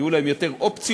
יהיו להם יותר אופציות,